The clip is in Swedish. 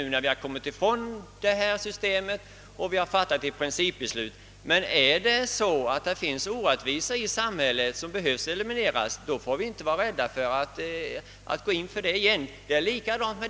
Man har gått ifrån det systemet, och vi har fattat ett principbeslut om det. Men om det finns orättvisor i samhället som behöver elimineras, får vi inte vara rädda för att gå in för något sådant igen.